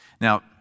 Now